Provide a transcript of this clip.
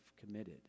committed